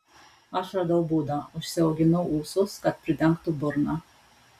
aš radau būdą užsiauginau ūsus kad pridengtų burną